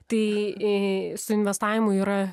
tai i su investavimu yra